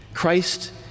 Christ